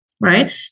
Right